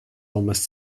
almost